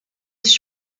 ist